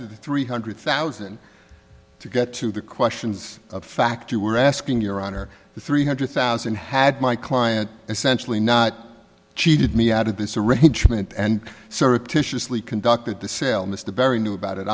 the three hundred thousand to get to the questions of fact you were asking your honor the three hundred thousand had my client essentially not cheated me out of this arrangement and surreptitiously conducted the sale mr barry knew about it